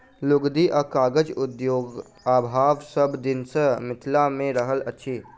लुगदी आ कागज उद्योगक अभाव सभ दिन सॅ मिथिला मे रहल अछि